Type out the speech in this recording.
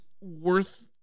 worth